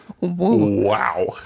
wow